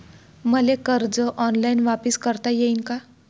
मले कर्ज ऑनलाईन वापिस करता येईन का?